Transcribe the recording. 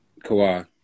Kawhi